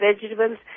vegetables